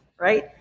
right